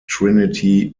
trinity